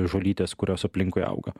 žolytės kurios aplinkui auga